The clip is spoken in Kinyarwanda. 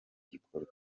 gikorwa